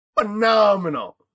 Phenomenal